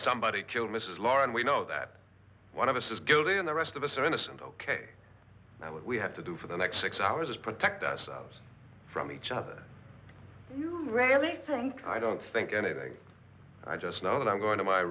somebody killed mrs larne we know that one of us is guilty and the rest of us are innocent ok what we have to do for the next six hours is protect ourselves from each other you rarely front i don't think anything i just know that i'm going to my